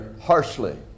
harshly